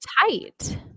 tight